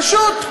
פשוט,